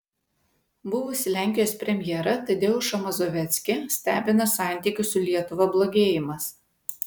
buvusį lenkijos premjerą tadeušą mazoveckį stebina santykių su lietuva blogėjimas